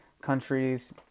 countries